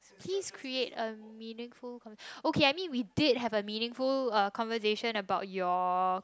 please create a meaningful conversation okay I mean we did have a meaningful uh conversation about your